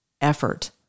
effort